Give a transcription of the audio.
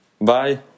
Bye